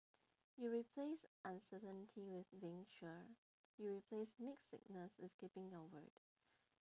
you replaced uncertainty with being sure you replaced mixed signals with keeping your word